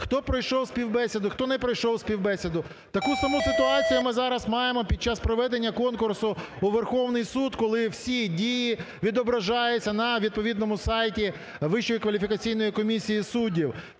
хто пройшов співбесіду, хто не пройшов співбесіду. Таку саму ситуацію ми зараз маємо під час проведення конкурсу у Верховний Суд, коли всі дії відображаються на відповідному сайті Вищої